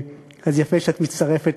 אז יפה שאת מצטרפת